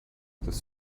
this